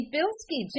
Bilski